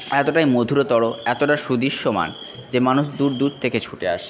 এতোটাই মধুরতর এতোটা সুদৃশ্যমান যে মানুষ দূর দূর থেকে ছুটে আসে